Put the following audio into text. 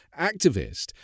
activist